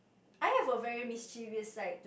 I have a very mischievous side